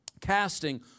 Casting